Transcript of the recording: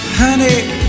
honey